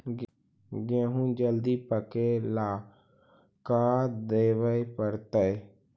गेहूं जल्दी पके ल का देबे पड़तै?